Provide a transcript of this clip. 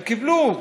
הם קיבלו,